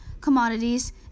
commodities